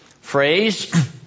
phrase